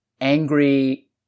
angry